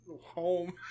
home